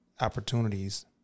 opportunities